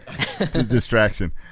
distraction